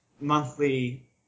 monthly